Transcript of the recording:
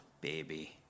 baby